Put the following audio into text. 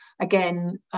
Again